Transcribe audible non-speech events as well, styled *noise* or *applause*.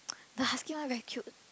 *noise* the husky one very cute